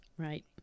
Right